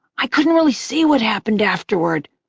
i couldn't really see what happened afterward,